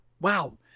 Wow